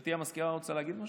גברתי המזכירה רוצה להגיד משהו?